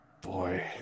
boy